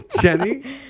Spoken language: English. Jenny